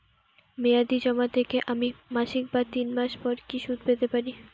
মেয়াদী জমা থেকে আমি মাসিক বা তিন মাস পর কি সুদ পেতে পারি?